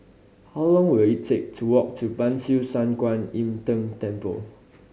how long will it take to walk to Ban Siew San Kuan Im Tng Temple